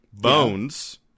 bones